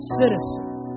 citizens